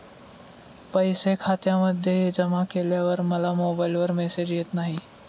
पैसे खात्यामध्ये जमा केल्यावर मला मोबाइलवर मेसेज येत नाही?